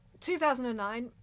2009